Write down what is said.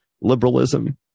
liberalism